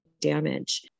damage